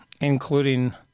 including